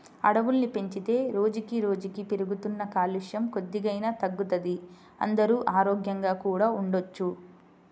అడవుల్ని పెంచితే రోజుకి రోజుకీ పెరుగుతున్న కాలుష్యం కొద్దిగైనా తగ్గుతది, అందరూ ఆరోగ్యంగా కూడా ఉండొచ్చు